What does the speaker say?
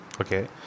Okay